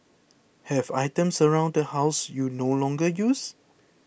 have items around the house you no longer use